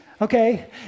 Okay